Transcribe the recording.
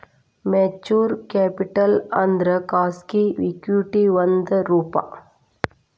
venture capital ಅಂದ್ರ ಖಾಸಗಿ equity ಒಂದ್ ರೂಪ